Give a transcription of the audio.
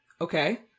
Okay